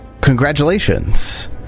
Congratulations